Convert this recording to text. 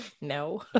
No